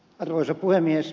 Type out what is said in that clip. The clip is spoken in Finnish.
arvoisa puhemies